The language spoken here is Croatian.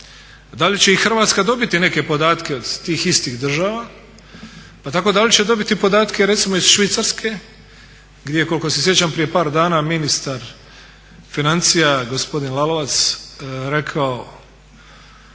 da li će i Hrvatska dobiti neke podatke od tih istih država. Pa tako da li će dobiti podatke recimo iz Švicarske gdje koliko se sjećam prije par dana ministar financija gospodin Lalovac rekao